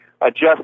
adjust